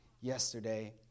yesterday